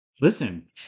listen